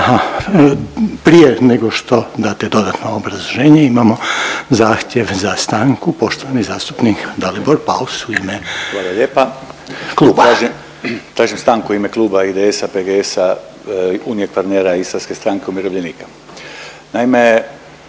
prije nego što date dodatno obrazloženje imamo zahtjev za stanku poštovani zastupnik Dalibor Paus u ime kluba. **Paus, Dalibor (IDS)** Tražim stanku u ime kluba IDS-a, PGS-a, Unije Kvarnera, Istarske stranke umirovljenika. Naime,